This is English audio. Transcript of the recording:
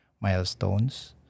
milestones